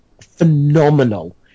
phenomenal